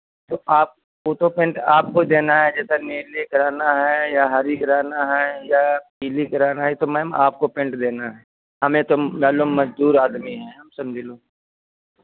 तो आप वो तो पेन्ट आपको ही देना है जैसा नीली कराना है या हरी कराना है या पीली कराना है तो मैम आपको पेन्ट देना है हमें तो मान लो मज़दूर आदमी हैं हम समझ लो